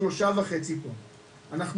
פברואר 2022 שלושה וחצי טון, כן?